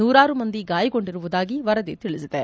ನೂರಾರು ಮಂದಿ ಗಾಯಗೊಂಡಿರುವುದಾಗಿ ವರದಿ ತಿಳಿಸಿದೆ